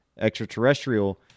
extraterrestrial